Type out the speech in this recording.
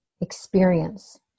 experience